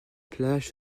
place